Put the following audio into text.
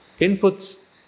inputs